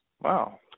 Wow